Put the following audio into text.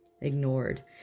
ignored